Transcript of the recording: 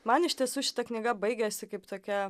man iš tiesų šita knyga baigiasi kaip tokia